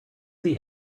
see